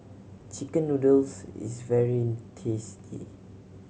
chicken noodles is very tasty